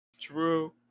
True